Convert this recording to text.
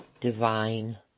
divine